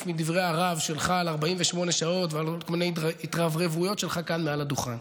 מדברי הרהב שלך על 48 שעות וכל מיני התרברבויות שלך כאן מעל הדוכן.